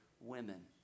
women